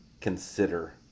consider